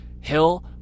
Hill